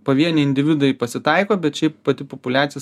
pavieniai individai pasitaiko bet šiaip pati populiacija